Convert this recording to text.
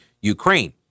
Ukraine